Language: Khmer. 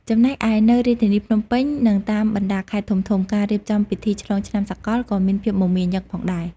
ចំណែកឯ នៅរាជធានីភ្នំពេញ និងតាមបណ្ដាខេត្តធំៗ ការរៀបចំពិធីឆ្លងឆ្នាំសកលក៏មានភាពមមាញឹកផងដែរ។